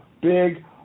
big